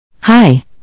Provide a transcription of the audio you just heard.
Hi